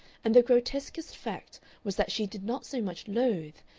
and the grotesquest fact was that she did not so much loathe,